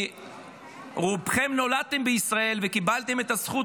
כי רובכם נולדתם בישראל וקיבלתם את הזכות